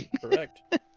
Correct